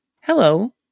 hello